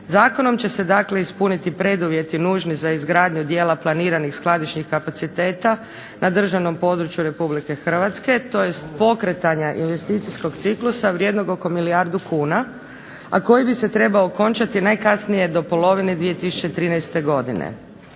Zakonom će se dakle ispuniti preduvjeti nužni za izgradnju dijela planiranih skladišnih kapaciteta na državnom području Republike Hrvatske tj. pokretanja investicijskog ciklusa vrijednog oko milijardu kuna, a koji bi se trebao okončati najkasnije do polovine 2013. godine.